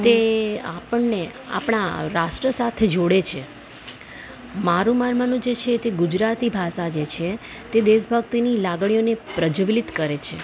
તે આપણને આપણા રાષ્ટ્ર સાથે જોડે છે તે મારું માનવાનું જે છે તે છે કે ગુજરાતી ભાષા જે છે તે દેશભક્તિની લાગણીઓને પ્રજ્વલિત કરે છે